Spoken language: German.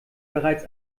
bereits